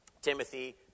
Timothy